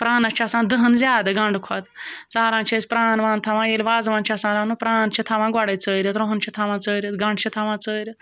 پَرٛانَس چھِ آسان دٔہَن زیادٕ گَنٛڈٕ کھۄتہٕ ژاران چھِ أسۍ پرٛان وان تھوان ییٚلہِ وازوان چھِ آسان رَنُن پرٛان چھِ تھَوان گۄڈَے ژٲرِتھ رۄہَن چھِ تھَوان ژٲرِتھ گَنٛڈٕ چھِ تھَوان ژٲرِتھ